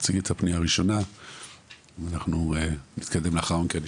תציג את הפנייה הראשונה ואנחנו נתקדם לאחר מכן,